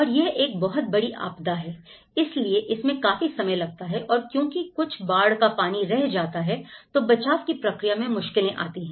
और यह एक बहुत बड़ी आपदा है इसलिए इसमें काफी समय लगता है और क्योंकि कुछ बाढ़ का पानी रह जाता है तो बचाव की प्रक्रिया में मुश्किलें आती हैं